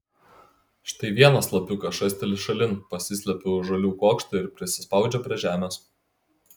štai vienas lapiukas šasteli šalin pasislepia už žolių kuokšto ir prisispaudžia prie žemės